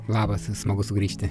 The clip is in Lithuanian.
labas smagu sugrįžti